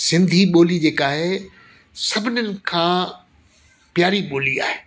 सिंधी ॿोली जेका आहे सभिनीनि खां प्यारी ॿोली आहे